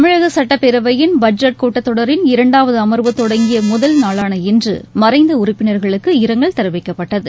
தமிழக சட்டப்பேரவையின் பட்ஜெட் கூட்டத்தொடரின் இரண்டாவது அமர்வு தொடங்கிய முதல் நாளான இன்று மறைந்த உறுப்பினர்களுக்கு இரங்கல் தெரிவிக்கப்பட்டது